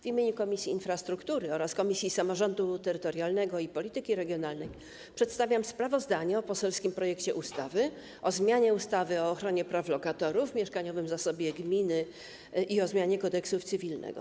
W imieniu Komisji Infrastruktury oraz Komisji Samorządu Terytorialnego i Polityki Regionalnej przedstawiam sprawozdanie o poselskim projekcie ustawy o zmianie ustawy o ochronie praw lokatorów, mieszkaniowym zasobie gminy i o zmianie Kodeksu cywilnego.